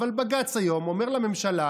אבל בג"ץ היום אומר לממשלה: